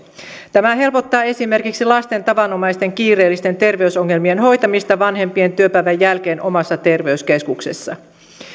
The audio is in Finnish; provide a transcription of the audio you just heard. tämä helpottaa esimerkiksi lasten tavanomaisten kiireellisten terveysongelmien hoitamista vanhempien työpäivän jälkeen omassa terveyskeskuksessa